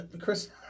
Chris